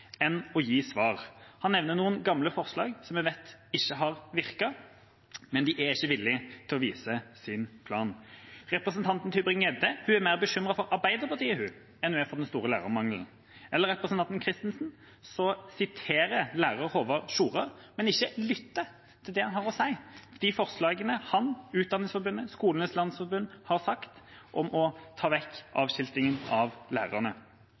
enn av å gi svar. Han nevner noen gamle forslag som jeg vet ikke har virket, men de er ikke villig til å vise sin plan. Representanten Mathilde Tybring-Gjedde er mer bekymret for Arbeiderpartiet enn hun er for den store lærermangelen. Og representanten Kristensen siterer lærer Håvard Tjora, men lytter ikke til det han har å si og de forslagene han, Utdanningsforbundet og Skolenes landsforbund har om å ta vekk avskiltingen av lærerne.